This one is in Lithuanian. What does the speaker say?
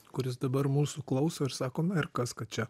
kuris dabar mūsų klauso ir sako na ir kas kad čia